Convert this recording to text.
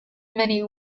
many